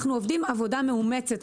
אנחנו עובדים עבודה מאומצת.